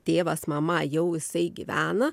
tėvas mama jau jisai gyvena